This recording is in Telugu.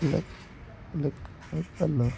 లెక్కలలో